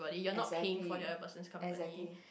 exactly exactly